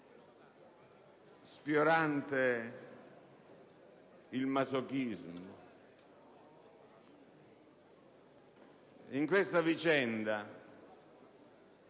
veramente il masochismo. In questa vicenda